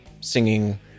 singing